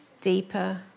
Deeper